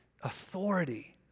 authority